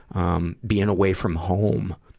um being away from home.